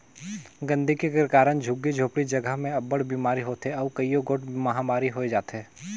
गंदगी कर कारन झुग्गी झोपड़ी जगहा में अब्बड़ बिमारी होथे अउ कइयो गोट महमारी होए जाथे